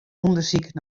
ûndersyk